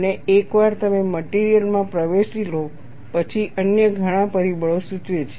અને એકવાર તમે મટીરીયલ મા પ્રવેશી લો પછી અન્ય ઘણા પરિબળો સૂચવે છે